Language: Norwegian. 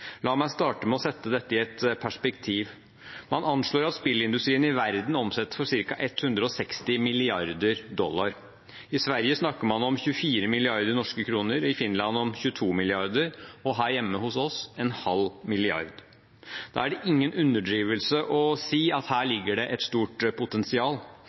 La meg starte med å sette dette i et perspektiv. Man anslår at spillindustrien i verden omsetter for ca. 160 milliarder dollar. I Sverige snakker man om 24 milliarder norske kroner, i Finland om 22 milliarder og her hjemme hos oss en halv milliard. Da er det ingen underdrivelse å si at her ligger det et stort potensial.